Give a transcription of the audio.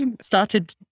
started